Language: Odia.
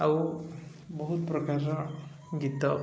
ଆଉ ବହୁତ ପ୍ରକାରର ଗୀତ